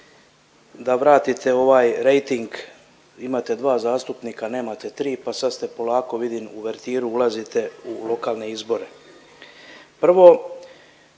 da vratite ovaj rejting, imate dva zastupnika, nemate tri pa sad ste polako, vidim, uvertiru, ulazite u lokalne izbore. Prvo,